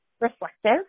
reflective